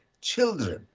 children